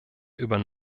über